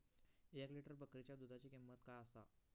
एक लिटर बकरीच्या दुधाची किंमत काय आसा?